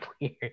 weird